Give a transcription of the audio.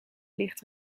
licht